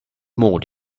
more